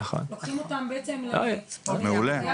לוקחים אותם בעצם לקיאקים.